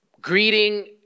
greeting